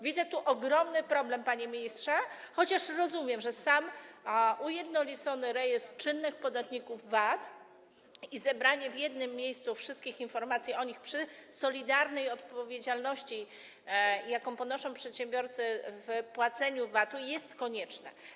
Widzę tu ogromny problem, panie ministrze, chociaż rozumiem, że sam ujednolicony rejestr czynnych podatników VAT i zebranie w jednym miejscu wszystkich informacji o nich, przy solidarnej odpowiedzialności, jaką ponoszą przedsiębiorcy w zakresie płacenia VAT-u, jest konieczne.